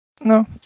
No